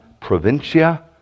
Provincia